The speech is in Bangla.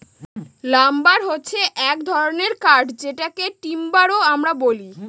লাম্বার হছে এক ধরনের কাঠ যেটাকে টিম্বার ও আমরা বলি